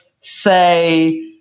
say